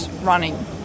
running